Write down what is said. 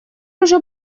уже